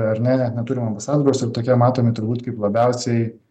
ar ne neturim ambasadoriaus ir tokie matomi turbūt kaip labiausiai